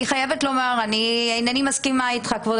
אני חייבת לומר שאני אינני מסכימה אתך, כבוד